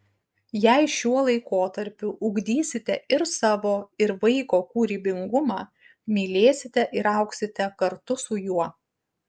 jei šiuo laikotarpiu ugdysite ir savo ir vaiko kūrybingumą mylėsite ir augsite kartu su juo